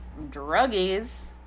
druggies